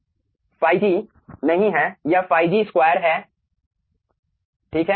तो यह केवल ϕg नहीं है यह ϕg 2 है ठीक है